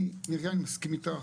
לפני המיליונים, אני רוצה לדבר על